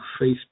Facebook